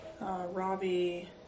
Robbie